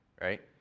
right